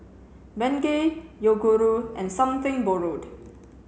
Bengay Yoguru and something borrowed